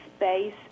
space